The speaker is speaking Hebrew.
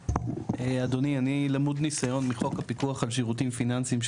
אדוני אני למוד ניסיון מחוק הפיקוח על שירותים פיננסים מוסדרים.